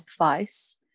advice